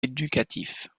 éducatifs